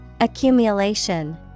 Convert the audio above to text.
Accumulation